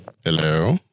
hello